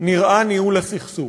נראה ניהול הסכסוך.